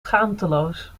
schaamteloos